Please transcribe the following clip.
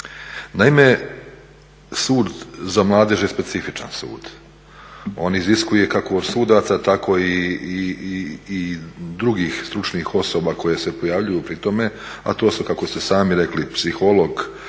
Naime, Sud za mladež je specifičan sud, on iziskuje kako od sudaca tako i drugih stručnih osoba koje se pojavljuju pri tome, a to su kako ste sami rekli psiholog,